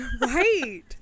right